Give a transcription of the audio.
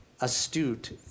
Astute